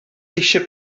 eisiau